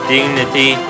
Dignity